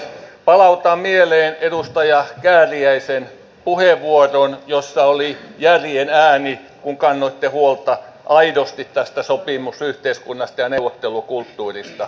palautan mieleen edustaja kääriäisen puheenvuoron jossa oli järjen ääni kun kannoitte huolta aidosti tästä sopimusyhteiskunnasta ja neuvottelukulttuurista